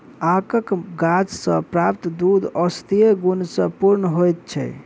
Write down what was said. आकक गाछ सॅ प्राप्त दूध औषधीय गुण सॅ पूर्ण होइत छै